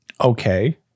Okay